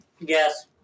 Yes